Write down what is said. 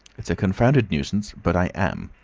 it's a confounded nuisance, but i am.